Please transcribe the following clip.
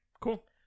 Cool